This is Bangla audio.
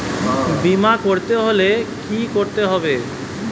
বিমা করতে হলে কি করতে হবে?